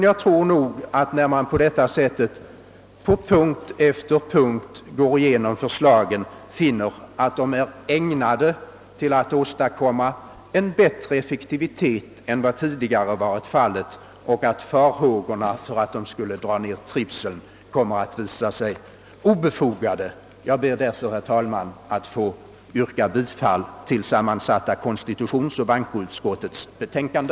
Jag tror dock att när man på detta sätt på punkt efter punkt går igenom förslaget finner man att förslaget är ägnat att åstadkomma en bättre effektivitet än som tidigare förekommit och att farhågorna för att trivseln skulle minska kommer att visa sig obefogade. Jag ber därför, herr talman, att få yrka bifall till sammansatta konstitutionsoch bankoutskottets betänkande.